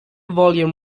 volume